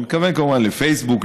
אני מתכוון כמובן לפייסבוק,